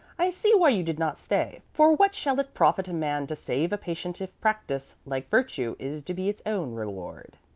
i see why you did not stay for what shall it profit a man to save a patient if practice, like virtue, is to be its own reward?